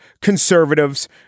conservatives